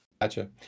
gotcha